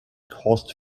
caused